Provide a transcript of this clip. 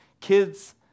kids